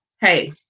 hey